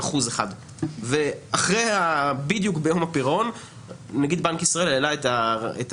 אחוז אחד ובדיוק ביום הפירעון נגיד בנק ישראל העלה את הריבית.